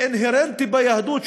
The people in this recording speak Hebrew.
אינהרנטי ביהדות,